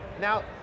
Now